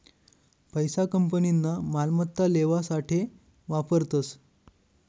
पैसा कंपनीना मालमत्ता लेवासाठे वापरतस